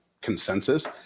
consensus